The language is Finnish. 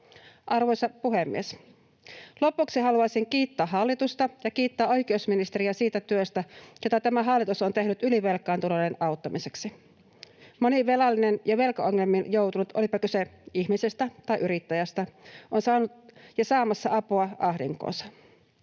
Arvoisa puhemies! Lopuksi haluaisin kiittää hallitusta ja kiittää oikeusministeriä siitä työstä, jota tämä hallitus on tehnyt ylivelkaantuneiden auttamiseksi. Moni velallinen ja velkaongelmiin joutunut, olipa kyse ihmisestä tai yrityksestä, on saanut ja saamassa apua ahdinkoonsa.